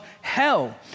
hell